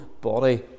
body